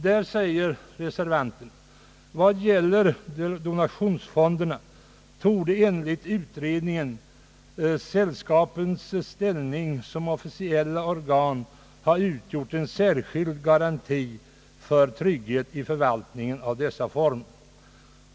Reservanterna anför därvidlag följande: »Vad gäller donationsfonderna torde enligt utredningen <sällskapens ställning som officiella organ ha utgjort en särskild garanti för trygghet i förvaltningen av dessa fonder.